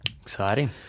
Exciting